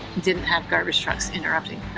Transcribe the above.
didn't have garbage trucks interrupting